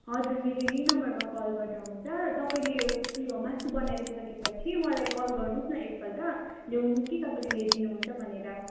हजुर मेरो यही नम्बरमा कल गर्दा हुन्छ तपाईँले उयो मासु बनाएर सकेपछि मलाई कल गर्नुहोस् न एकपल्ट ल्याउनु कि तपाईँले ल्याइदिनुहुन्छ भनेर